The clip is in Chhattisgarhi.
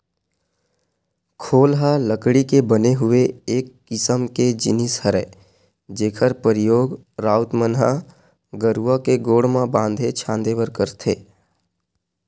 खोल ह लकड़ी के बने हुए एक किसम के जिनिस हरय जेखर परियोग राउत मन ह गरूवा के गोड़ म बांधे छांदे बर करथे